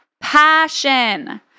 Passion